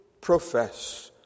profess